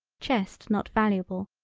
chest not valuable,